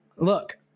look